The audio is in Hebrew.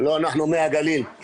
לא, אנחנו מי הגליל.